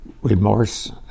remorse